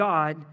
God